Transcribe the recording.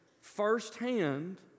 firsthand